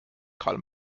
karl